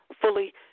fully